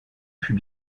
fut